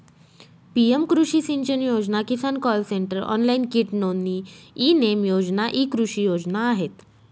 PM कृषी सिंचन योजना, किसान कॉल सेंटर, ऑनलाइन कीट नोंदणी, ई नेम योजना इ कृषी योजना आहेत